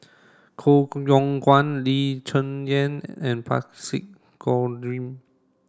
Koh Yong Guan Lee Cheng Yan and Parsick Joaquim